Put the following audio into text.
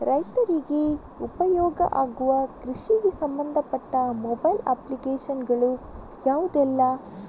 ರೈತರಿಗೆ ಉಪಯೋಗ ಆಗುವ ಕೃಷಿಗೆ ಸಂಬಂಧಪಟ್ಟ ಮೊಬೈಲ್ ಅಪ್ಲಿಕೇಶನ್ ಗಳು ಯಾವುದೆಲ್ಲ?